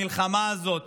מהמלחמה הזאת